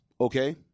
Okay